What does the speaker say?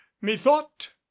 methought